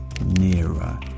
Nearer